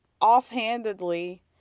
offhandedly